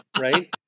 right